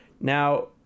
Now